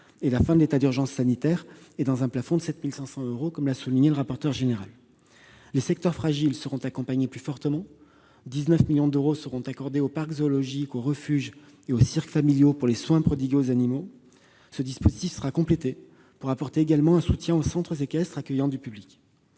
et la fin de l'état d'urgence sanitaire, dans un plafond de 7 500 euros, comme l'a souligné le rapporteur. Les secteurs fragiles seront accompagnés plus fortement : 19 millions d'euros sont accordés aux parcs zoologiques, aux refuges et aux cirques familiaux au titre des soins prodigués aux animaux. Ce dispositif sera complété pour apporter un soutien aux centres équestres accueillant du public.